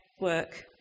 work